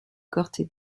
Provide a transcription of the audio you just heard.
corte